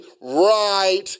right